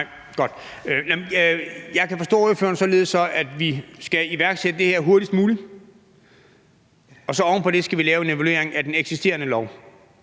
Jeg kan så forstå ordføreren således, at vi skal iværksætte det her hurtigst muligt, og at vi så oven på det skal lave en evaluering af den eksisterende lov.